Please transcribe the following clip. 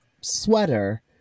sweater